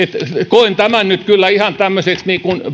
koen tämän nyt kyllä ihan tämmöiseksi